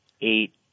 eight